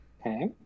Okay